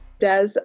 Des